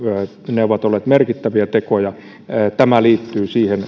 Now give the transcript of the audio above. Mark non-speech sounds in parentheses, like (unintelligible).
ne ovat olleet merkittäviä tekoja tämä liittyy (unintelligible)